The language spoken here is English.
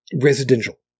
residential